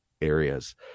areas